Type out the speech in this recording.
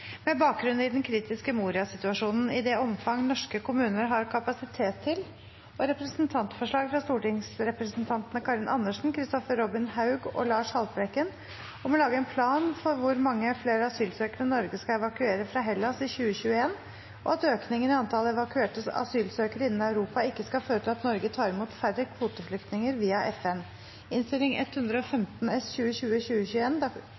med bakgrunn i den kritiske Moria-situasjonen, i det omfang norske kommuner har kapasitet til», eller for representantforslaget om «å lage en plan for hvor mange flere asylsøkere Norge skal evakuere fra Hellas i 2021 og at økningen i antall evakuerte asylsøkere innen Europa ikke skal føre til at Norge tar imot færre kvoteflyktninger via FN». Vi stemmer for komiteens innstilling.